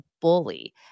bully